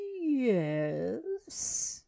Yes